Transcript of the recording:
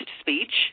speech